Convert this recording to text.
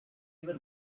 river